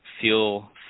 feel